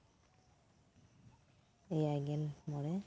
ᱮᱭᱟᱭ ᱜᱮᱞ ᱢᱚᱲᱮ